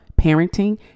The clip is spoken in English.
parenting